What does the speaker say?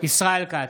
ישראל כץ,